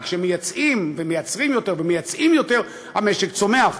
כי כשמייצרים יותר ומייצאים יותר המשק צומח.